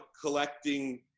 collecting